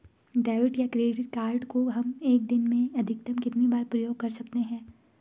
Debit या credit card को हम एक दिन में अधिकतम कितनी बार प्रयोग कर सकते हैं?